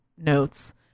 notes